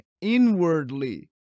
inwardly